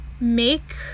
make